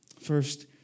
First